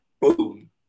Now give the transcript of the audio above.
boom